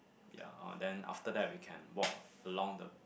ya uh then after that we can walk along the